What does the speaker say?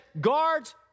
guard's